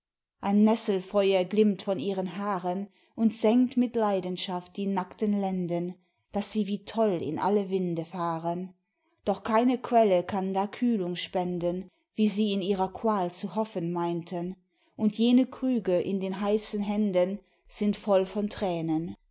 ein nesselfeuer glimmt von ihren haaren und sengt mit leidenschaft die nackten lenden daß sie wie toll in alle winde fahren doch keine quelle kann da kühlung spenden wie sie in ihrer qual zu hoffen meinten und jene krüge in den heißen händen sind voll von tränen